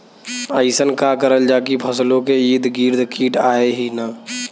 अइसन का करल जाकि फसलों के ईद गिर्द कीट आएं ही न?